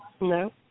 No